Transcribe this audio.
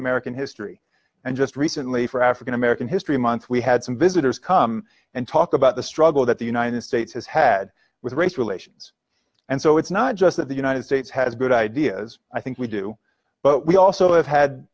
american history and just recently for african american history month we had some visitors come and talk about the struggle that the united states has had with race relations and so it's not just that the united states has good ideas i think we do but we also have had